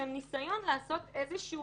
שהם ניסיון לעשות איזושהי